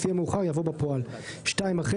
לפי המאוחר" יבוא "בפועל"; (2) אחרי